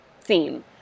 theme